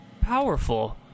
powerful